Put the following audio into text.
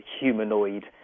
humanoid